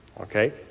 Okay